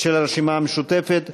של הרשימה המשותפת.